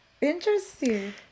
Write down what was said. Interesting